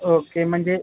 okay म्हणजे